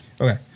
Okay